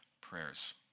prayers